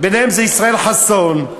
ביניהם ישראל חסון,